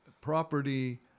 property